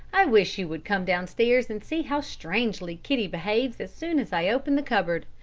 i wish you would come downstairs and see how strangely kitty behaves as soon as i open the cupboard.